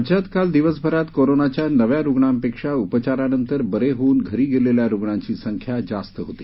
राज्यात काल दिवसभरात कोरोनाच्या नव्या रुग्णांपेक्षा उपचारानंतर बरे होऊन घरी गेलेल्या रुग्णांची संख्या जास्त होती